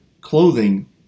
clothing